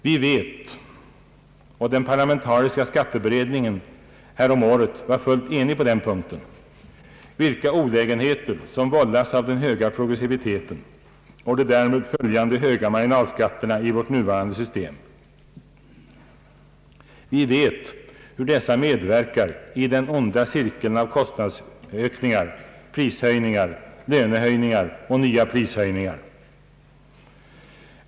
Vi vet — och den parlamentariska skatteberdningen häromåret var fullt enig på den punkten — vilka olägenheter som vållas av den höga progressiviteten och de därmed följande höga marginalskatterna i vårt nuvarande skattesystem. Vi vet hur dessa medverkar i den onda cirkeln av kostnadsökningar, prishöjningar, lönehöjningar och nya prishöjningar.